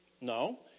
No